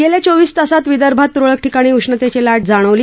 गेल्या चोवीस तासात विदर्भात तुरळक ठिकाणी उष्णतेची लाट जाणवली